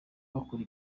bakora